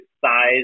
size